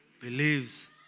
believes